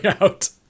out